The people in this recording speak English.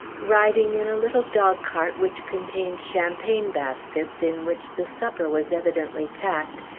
riding in a little dogcart which contained champagne baskets in which the supper was evidently packed,